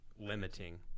limiting